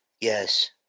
yes